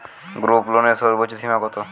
গ্রুপলোনের সর্বোচ্চ সীমা কত?